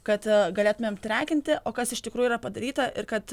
kad galėtumėm trekinti o kas iš tikrųjų yra padaryta ir kad